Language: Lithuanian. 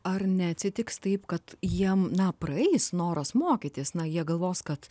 ar neatsitiks taip kad jiem na praeis noras mokytis na jie galvos kad